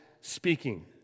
speaking